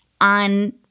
on